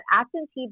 absentee